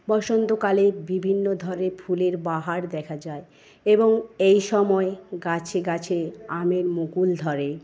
বসন্তকালে বিভিন্ন ধরনের ফুলের বাহার দেখা যায় এবং এই সময়ে গাছে গাছে আমের মুকুল ধরে